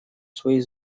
свои